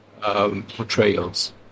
portrayals